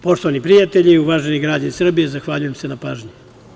Poštovani prijatelji, uvaženi građani Srbije, zahvaljujem se na pažnji.